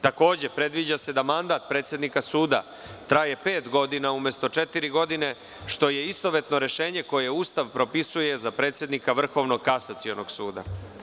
Predviđa da se mandat predsednika suda traje pet godina umesto četiri godine, što je istovetno rešenje koje Ustav propisuje za predsednika Vrhovnog kasacionog suda.